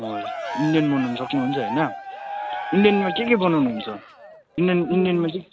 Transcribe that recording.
हजुर इन्डियान बनाउनु सक्नुहुन्छ होइन इन्डियानमा के के बनाउनुहुन्छ इन्डियान इन्डियानमा चाहिँ